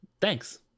thanks